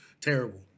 terrible